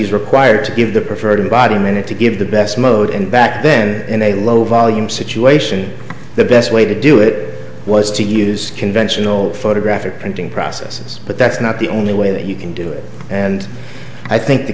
's required to give the preferred body a minute to give the best mode and back then in a low volume situation the best way to do it was to use conventional photographic printing process but that's not the only way that you can do it and i think the